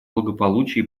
благополучия